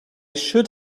should